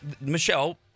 Michelle